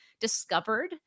discovered